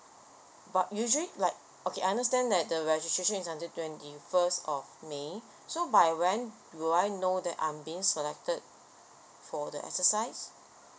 but usually like okay I understand that the registration is until twenty first of may so by when will I know that I'm being selected for the exercise